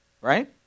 Right